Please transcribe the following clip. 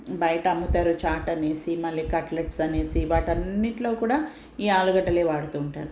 బయట అమ్ముతారు చాట్ అనేసి మళ్ళీ కట్లెట్స్ అనేసి వాటన్నిట్లో కూడా ఈ ఆలుగడ్డలే వాడుతూ ఉంటారు